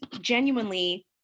genuinely